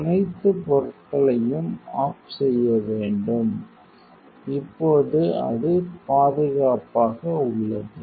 அனைத்து பொருட்களையும் ஆஃப் செய்ய வேண்டும் இப்போது அது பாதுகாப்பாக உள்ளது